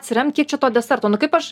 atsiremt kiek čia to deserto nu kaip aš